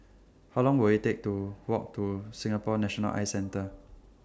How Long Will IT Take to Walk to Singapore National Eye Centre